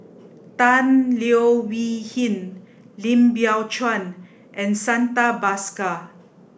Tan Leo Wee Hin Lim Biow Chuan and Santha Bhaskar